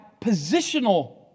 positional